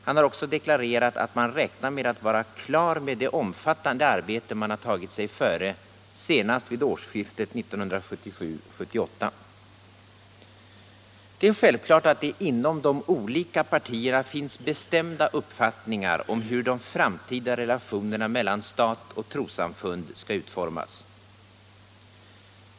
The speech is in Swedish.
Han har också deklarerat att man räknar med att vara klar med det omfattande arbete man tagit sig före senast vid årsskiftet 1977-1978. Det är självklart att inom de olika partierna finns bestämda uppfattningar om hur de framtida relationerna mellan stat och trossamfund skall utformas.